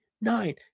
nine